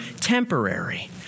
temporary